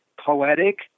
poetic